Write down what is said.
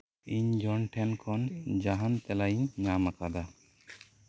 ᱤᱧ ᱡᱚᱱ ᱴᱷᱮᱱ ᱠᱷᱚᱱ ᱡᱟᱦᱟᱱ ᱛᱮᱞᱟᱧ ᱧᱟᱢ ᱟᱠᱟᱫᱟ